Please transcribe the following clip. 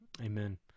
Amen